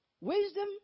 wisdom